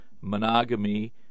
monogamy